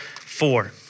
four